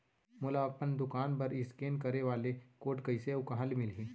मोला अपन दुकान बर इसकेन करे वाले कोड कइसे अऊ कहाँ ले मिलही?